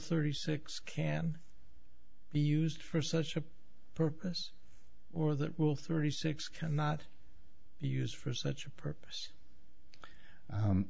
thirty six can be used for such a purpose or that rule thirty six cannot use for such a purpose